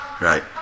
Right